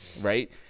right